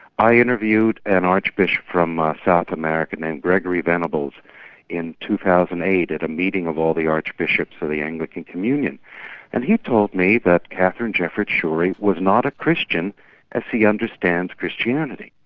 i interviewed an archbishop from south america named gregory venables in two thousand and eight at a meeting of all the archbishops of the anglican communion and he told me that katharine jefferts schori, was not a christian as he understands christianity.